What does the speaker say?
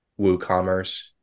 WooCommerce